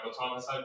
Thomas